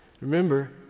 Remember